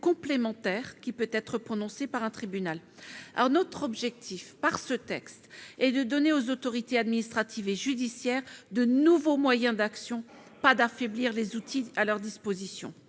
complémentaire qui peut être prononcée par un tribunal. Notre objectif, par ce texte, est de donner aux autorités administratives et judiciaires, de nouveaux moyens d'action, et non pas d'affaiblir les outils à leur disposition.